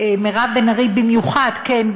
למירב בן ארי במיוחד, כן.